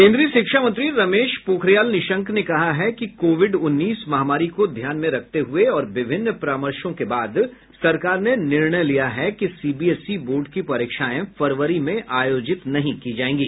केन्द्रीय शिक्षा मंत्री रमेश पोखरियाल निशंक ने कहा है कि कोविड उन्नीस महामारी को ध्यान में रखते हुए और विभिन्न परामर्शों के बाद सरकार ने निर्णय लिया है कि सीबीएसई बोर्ड की परीक्षाएं फरवरी में आयोजित नहीं की जाएंगी